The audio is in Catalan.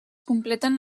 completen